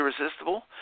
irresistible